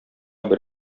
бер